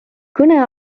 kõne